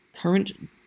current